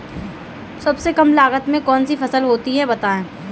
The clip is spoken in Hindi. सबसे कम लागत में कौन सी फसल होती है बताएँ?